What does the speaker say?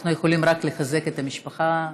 אנחנו יכולים רק לחזק את המשפחה,